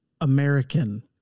American